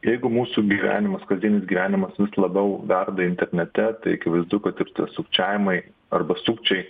jeigu mūsų gyvenimas kasdienis gyvenimas vis labiau verda internete tai akivaizdu kad ir tie sukčiavimai arba sukčiai